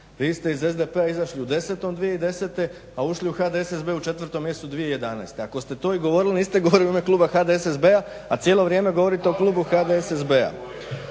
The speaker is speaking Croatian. vi ste iz SDP-a izašli u 10. 2010. a ušli u HDSSB u 4. mjesecu 2011. ako ste to i govorili niste govorili u ime Kluba HDSSB-a a cijelo vrijeme govorite o klubu HDSSB-a.